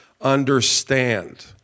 understand